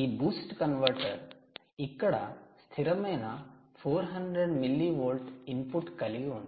ఈ 'boost converter' ఇక్కడ స్థిరమైన 400 మిల్లీవోల్ట్ ఇన్పుట్ కలిగి ఉంది